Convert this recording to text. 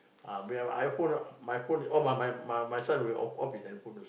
my phone my my my son will off his handphone